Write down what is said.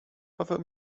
paweł